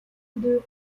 deux